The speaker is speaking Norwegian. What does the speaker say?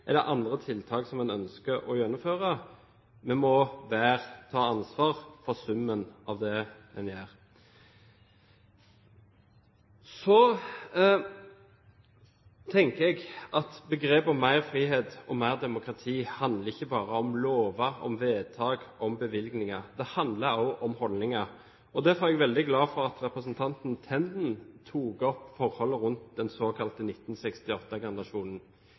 andre tiltak som en ønsker å gjennomføre – vi må hver og en av oss ta ansvar for summen av det vi gjør. Så tenker jeg at begreper som mer frihet og mer demokrati handler ikke bare om lover, om vedtak, om bevilgninger. Det handler også om holdninger, og jeg var derfor veldig glad for at representanten Tenden tok opp forholdet rundt den såkalte